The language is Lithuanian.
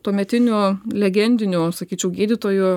tuometinių legendinių sakyčiau gydytojų